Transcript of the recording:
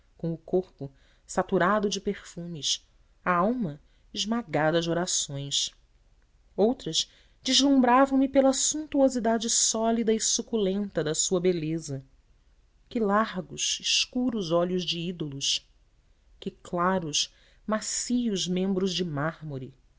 com o corpo saturado de perfumes a alma esmagada de orações outras deslumbravam me pela suntuosidade sólida e suculenta da sua beleza que largos escuros olhos de ídolos que claros macios membros de mármore